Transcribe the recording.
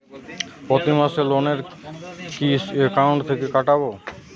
প্রতি মাসে লোনের সুদ কি একাউন্ট থেকে কাটবে?